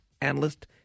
Analyst